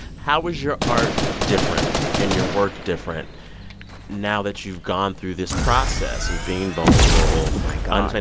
how is your art different and your work different now that you've gone through this process of being vulnerable. oh, my god.